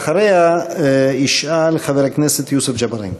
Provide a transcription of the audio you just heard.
אחריה ישאל חבר הכנסת יוסף ג'בארין.